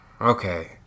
okay